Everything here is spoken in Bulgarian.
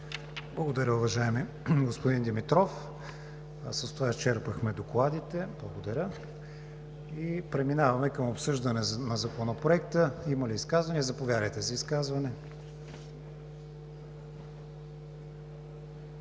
Благодаря, уважаеми господин Димитров. С това изчерпахме докладите. Благодаря. Преминаваме към обсъждане на Законопроекта. Има ли изказвания? Заповядайте за изказване.